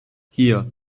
here